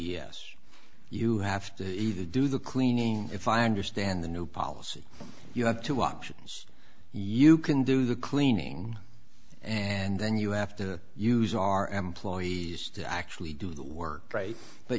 g s you have to either do the cleaning if i understand the new policy you have two options you can do the cleaning and then you have to use our employees to actually do the work right but